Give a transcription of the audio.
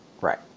right